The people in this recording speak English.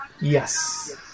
Yes